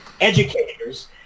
educators